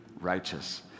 righteous